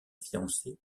fiancée